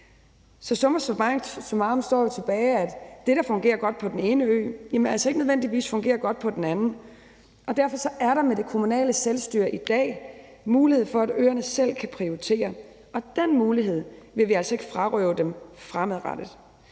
Så summa summarum er jo, at det, der fungerer godt på den ene ø, altså ikke nødvendigvis fungerer godt på den anden, og derfor er der med det kommunale selvstyre i dag en mulighed for, at øerne selv kan prioritere, og den mulighed vil vi altså ikke frarøve dem fremadrettet.